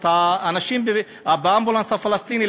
את האנשים באמבולנס הפלסטיני,